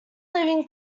living